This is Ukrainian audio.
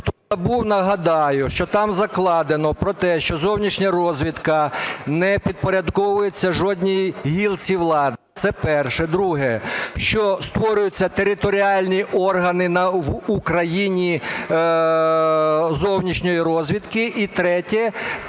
Хто забув, нагадаю, що там закладено про те, що зовнішня розвідка не підпорядковується жодній гілці влади. Це перше. Друге. Що створюються територіальні органи в Україні зовнішньої розвідки. І третє –